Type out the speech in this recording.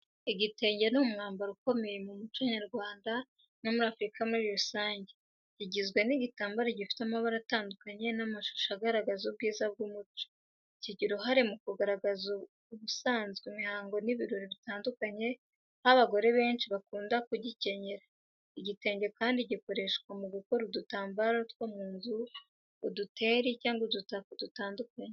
Igitenge ni umwambaro ukomeye mu muco nyarwanda no muri Afurika muri rusange. Kigizwe n’igitambaro gifite amabara atandukanye n’amashusho agaragaza ubwiza bw’umuco. Kigira uruhare mu kugaragaza ubusanzwe, imihango, n’ibirori bitandukanye, aho abagore benshi bakunda kugikenyera. Igitenge kandi gikoreshwa mu gukora udutambaro two mu nzu, utuderi cyangwa udutako dutandukanye.